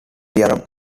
theorem